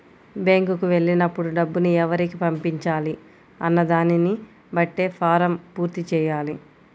బ్యేంకుకి వెళ్ళినప్పుడు డబ్బుని ఎవరికి పంపించాలి అన్న దానిని బట్టే ఫారమ్ పూర్తి చెయ్యాలి